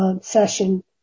session